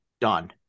done